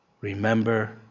remember